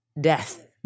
death